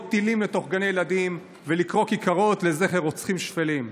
טילים מתוך גני ילדים ולקרוא כיכרות לזכר רוצחים שפלים.